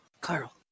Carl